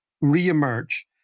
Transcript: re-emerge